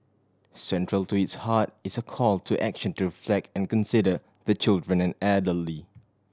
central to its heart is a call to action to reflect and consider the children and elderly